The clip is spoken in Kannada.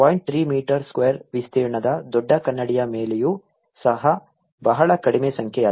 3 ಮೀಟರ್ ಸ್ಕ್ವೇರ್ ವಿಸ್ತೀರ್ಣದ ದೊಡ್ಡ ಕನ್ನಡಿಯ ಮೇಲೆಯೂ ಸಹ ಬಹಳ ಕಡಿಮೆ ಸಂಖ್ಯೆಯಾಗಿದೆ